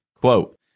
quote